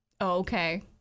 okay